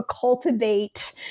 cultivate